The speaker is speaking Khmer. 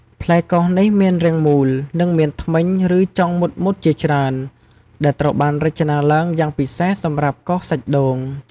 ផ្លែកោសនេះមានរាងមូល និងមានធ្មេញ ឬចុងមុតៗជាច្រើនដែលត្រូវបានរចនាឡើងយ៉ាងពិសេសសម្រាប់កោសសាច់ដូង។